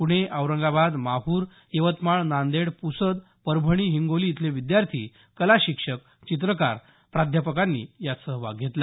पुणे औरंगाबाद माहूर यवतमाळ नांदेड पुसद परभणी हिंगोली इथले विद्यार्थी कलाशिक्षक चित्रकार प्राध्यापकांनी यात सहभाग घेतला